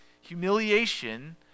humiliation